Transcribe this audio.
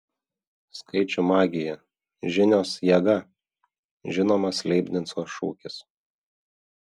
skaičių magija žinios jėga žinomas leibnico šūkis